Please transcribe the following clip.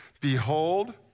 Behold